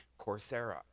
Coursera